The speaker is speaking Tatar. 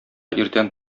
иртән